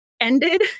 ended